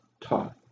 taught